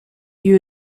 you